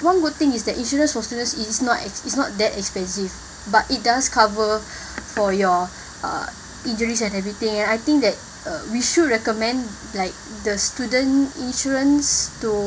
one good thing is that insurance for students is not it's it's not that expensive but it does cover for your uh injuries and everything and I think that uh we should recommend like the student insurance to